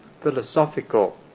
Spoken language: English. philosophical